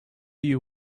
you